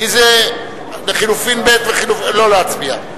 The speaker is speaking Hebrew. לחלופין ב' לא להצביע.